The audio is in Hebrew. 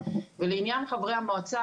לעניין חברי המועצה,